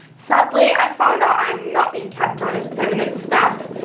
sadly i found out i'm not being kept on as permanent staff,